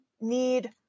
need